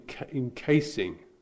encasing